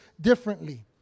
differently